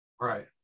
Right